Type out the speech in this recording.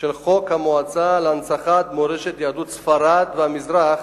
"חוק המועצה להנצחת מורשת יהדות ספרד והמזרח",